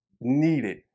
needed